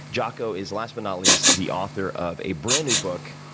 jocko is, last but not least, the author of a brand new book,